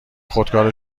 خودکار